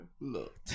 Look